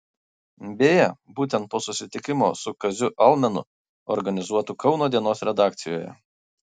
beje būtent po susitikimo su kaziu almenu organizuotu kauno dienos redakcijoje